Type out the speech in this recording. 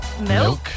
Milk